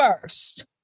first